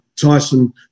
Tyson